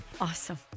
Awesome